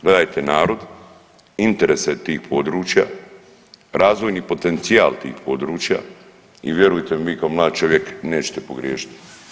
Gledajte narod, interese tih područja, razvojni potencijal tih područja i vjerujte mi vi kao mladi čovjek nećete pogriješiti.